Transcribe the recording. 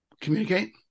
communicate